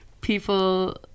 people